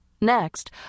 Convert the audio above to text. Next